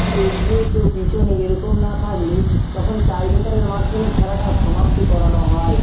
কেউ এগিয়ে কেউ পিছনে এরকম না থাকলে তখন টাই ব্রেকারের মাধ্যমে খেলাটা সমাপ্তি করানো হয়